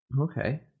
Okay